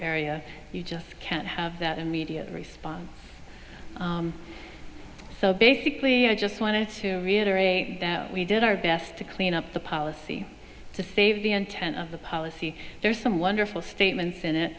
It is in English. area you just can't have that immediate response so basically i just wanted to reiterate that we did our best to clean up the policy to save the intent of the policy there's some wonderful statements in it